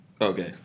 Okay